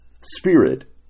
spirit